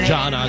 John